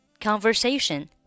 Conversation